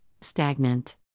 stagnant